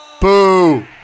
Boo